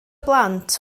blant